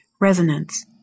Resonance